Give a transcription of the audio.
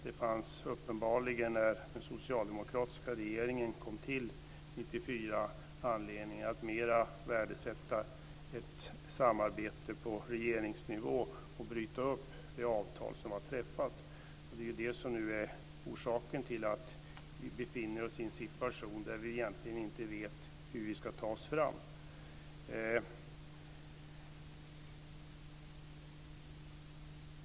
Men när den socialdemokratiska regeringen kom till makten fanns det uppenbarligen anledning att mer värdesätta ett samarbete på regeringsnivå och bryta upp det avtal som var träffat. Det är det som nu är orsaken till att vi befinner oss i en situation där vi egentligen inte vet hur vi ska ta oss fram.